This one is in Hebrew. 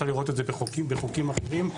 אפשר לראות את זה בחוקים אחרים.